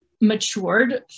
matured